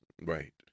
Right